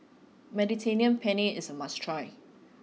Mediterranean Penne is a must try